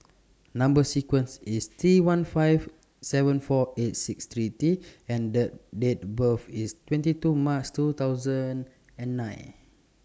Number sequence IS T one five seven four eight six three T and Date Date of birth IS twenty two March two thousand and nine